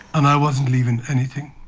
and i wasn't leaving anything,